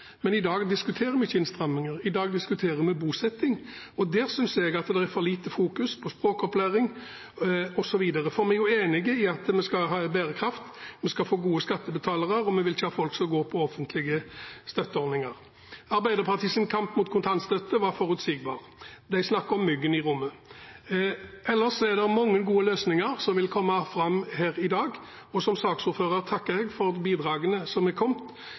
Men svaret var innstramminger. I dag diskuterer vi ikke innstramminger, vi diskuterer bosetting. Jeg synes det er for lite fokus på språkopplæring osv., for vi er jo enige om at vi skal ha bærekraft, at vi skal få gode skattebetalere, og at vi ikke vil at folk skal gå på offentlige støtteordninger. Arbeiderpartiets kamp mot kontantstøtte var forutsigbar. De snakker om myggen i rommet. Ellers er det mange gode løsninger som vil komme fram her i dag, og som saksordfører takker jeg for bidragene som er kommet.